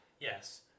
Yes